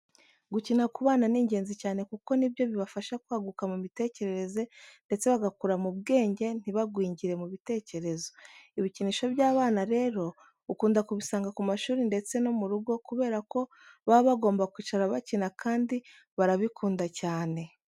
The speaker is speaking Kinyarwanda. Gukina ku bana ni ingenzi cyane kuko ni byo bibafasha kwaguka mu mitekerereze ndetse bagakura mu bwenge, ntibagwingire mu bitekerezo. Ibikinisho by'abana rero ukunda kubisanga ku mashuri ndetse no mu rugo kubera ko baba bagomba kwicara bakina kandi barabikunda cyane.